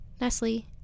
Nestle